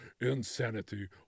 insanity